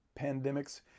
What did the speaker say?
pandemics